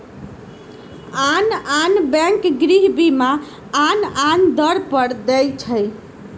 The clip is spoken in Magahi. आन आन बैंक गृह बीमा आन आन दर पर दइ छै